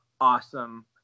awesome